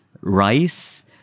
rice